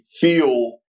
feel